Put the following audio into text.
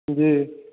जी